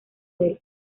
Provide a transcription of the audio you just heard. del